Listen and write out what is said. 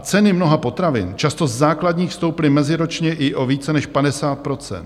Ceny mnoha potravin, často základních, stouply meziročně i o více než 50 %.